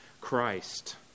Christ